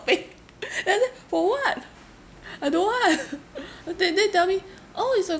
paid then I say for what I don't want they then tell me oh it's a